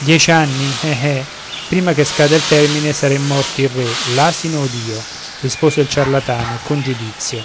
dieci anni eh eh prima che scada il termine saremo morti il re l'asino od io rispose il ciarlatano e con giudizio